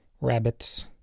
Rabbits